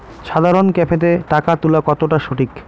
সাধারণ ক্যাফেতে টাকা তুলা কতটা সঠিক?